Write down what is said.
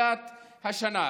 בתחילת השנה.